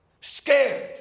Scared